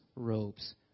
Robes